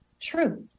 true